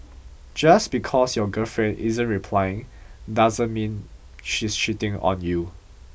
just because your girlfriend isn't replying doesn't mean she's cheating on you